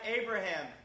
Abraham